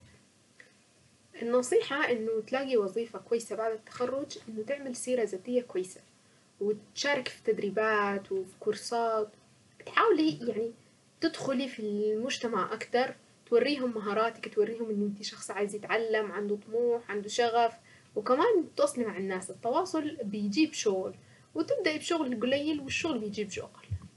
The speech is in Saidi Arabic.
النصيحة انه تلاقي وظيفة كويسة بعد التخرج انه تعمل سيرة ذاتية كويسة. وتشارك في التدريبات وفي كورسات بتحاولي يعني تدخلي في المجتمع اكتر توريهم مهاراتك توريهم ان انت شخص عايز يتعلم عنده طموح عنده شغف. وكمان تتواصلي مع الناس التواصل بيجيب شغل. وتبدأي بشغل قليل والشغل بيجيب شغل.